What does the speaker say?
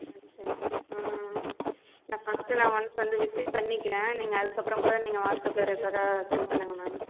ம் நான் ஃபஸ்ட்டு நான் ஒன்ஸ் வந்து விசிட் பண்ணிக்கிறேன் நீங்கள் அதுக்கப்புறம் கூட நீங்கள் வாட்ஸ்அப்பில் ரெகுலராக சென்ட் பண்ணுங்கள் மேம்